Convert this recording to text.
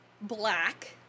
Black